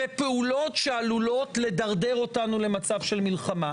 ובפעולות שעלולות לדרדר אותנו למצב של מלחמה.